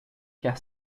quer